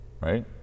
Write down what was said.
right